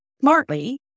smartly